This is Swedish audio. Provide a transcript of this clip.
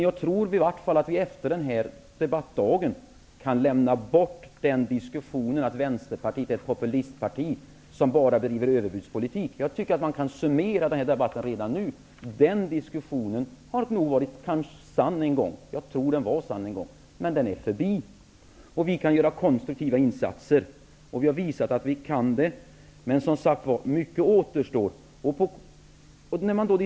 Jag tror dock att vi efter den här debattdagen kan lämna i alla fall diskussionen om att Vänsterpartiet är ett populistparti som enbart bedriver överbudspolitik. Jag tror att vi redan nu kan summera debatten och säga att den där diskussionen var sann en gång -- det tror i alla fall jag. Men nu är den förbi. Vi kan göra konstruktiva insatser. Det har vi visat. Men, som sagt, mycket återstår.